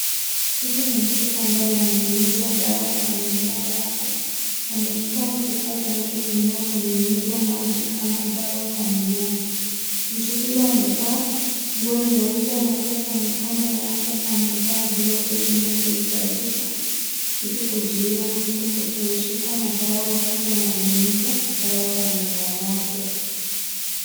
Huyu ni mtu ambaye ananyunyiza dawa kwa mimea yake ameshika kifaa kinachotumiwa kunyunyiza maji ama dawa kwa mimea. Mtu huyu amevaa nguo nyeupe na pia kwa mikono yake amevaa glavu zinazohitajika kuzuia mtu kutoshikwa na dawa wakati ananyunyiza dawa kwa mimea yake.